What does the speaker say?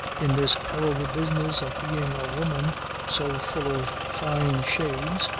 in this terrible business of being a woman so full of fine shades,